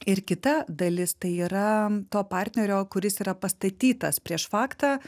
ir kita dalis tai yra to partnerio kuris yra pastatytas prieš faktą